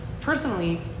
Personally